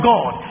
God